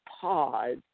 pause